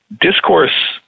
discourse